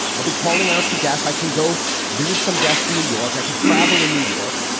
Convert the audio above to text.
i'll be calling out to gas. i can go visit some guests in new york. i could travel in new york.